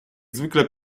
zwykle